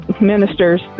minister's